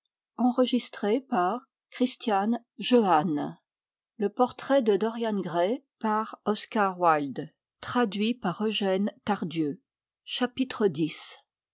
le portrait de dorian gray